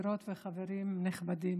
חברות וחברים נכבדים,